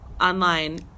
online